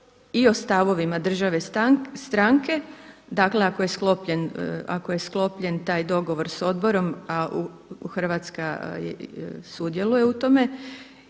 i o stavovima države stranke. Dakle ako je sklopljen taj dogovor sa odborom a Hrvatska sudjeluje u tome.